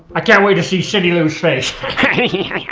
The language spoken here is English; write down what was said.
i can't wait to see cindy lou's face!